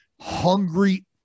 hungry